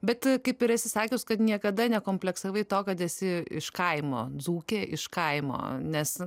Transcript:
bet kaip ir esi sakius kad niekada nekompleksavai to kad esi iš kaimo dzūkė iš kaimo nes